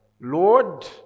Lord